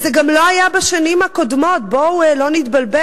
וזה גם לא היה בשנים הקודמת, בואו לא נתבלבל.